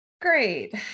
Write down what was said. great